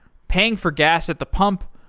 paying for gas at the pump,